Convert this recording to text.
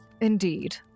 Indeed